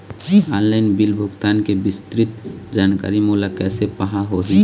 Online bill भुगतान के विस्तृत जानकारी मोला कैसे पाहां होही?